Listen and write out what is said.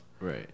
Right